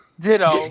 ditto